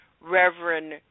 Reverend